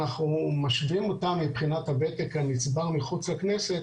אנחנו משווים אותם מבחינת הוותק הנצבר מחוץ הכנסת,